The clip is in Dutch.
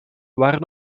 waren